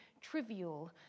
trivial